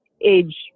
age